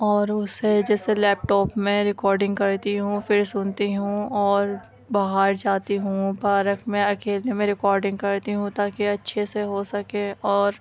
اور اسے جیسے لیپ ٹاپ میں ریکارڈنگ کرتی ہوں پھر سنتی ہوں اور باہر جاتی ہوں پارک میں اکیلے میں ریکارڈنگ کرتی ہوں تاکہ اچھے سے ہو سکے اور